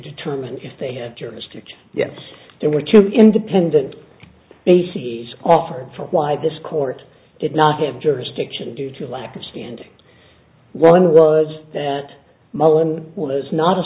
determine if they had jurisdiction yes there were two independent bases offered for why this court did not have jurisdiction due to lack of standing one was that mullen was not a